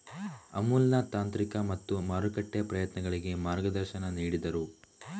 ಅಮುಲ್ನ ತಾಂತ್ರಿಕ ಮತ್ತು ಮಾರುಕಟ್ಟೆ ಪ್ರಯತ್ನಗಳಿಗೆ ಮಾರ್ಗದರ್ಶನ ನೀಡಿದರು